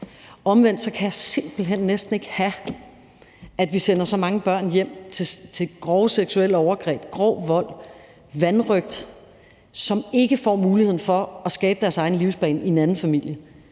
Omvendt kan jeg simpelt hen næsten ikke have, at vi sender så mange børn hjem til grove seksuelle overgreb, grov vold, vanrøgt, og at de ikke får muligheden for at skabe deres egen livsbane i en anden familie.